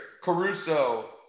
Caruso